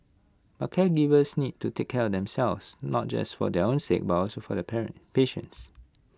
but caregivers need to take care of themselves not just for their own sake but also for their parent patients